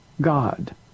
God